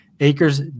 Acres